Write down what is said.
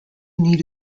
need